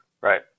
Right